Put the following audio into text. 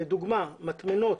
לדוגמה, מטמנות